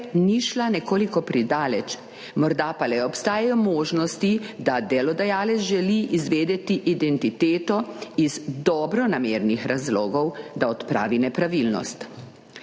ni šla nekoliko predaleč. Morda pa le obstajajo možnosti, da delodajalec želi izvedeti identiteto iz dobronamernih razlogov, da odpravi nepravilnost.